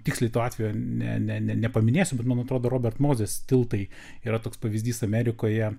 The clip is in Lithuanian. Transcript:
tiksliai tuo atveju ne ne nepaminėsiu bet man atrodo robert mozės tiltai yra toks pavyzdys amerikoje